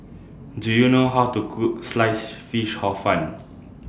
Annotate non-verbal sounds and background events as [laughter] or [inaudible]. Do YOU know How to Cook [noise] Sliced Fish Hor Fun [noise]